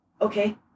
Okay